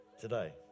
today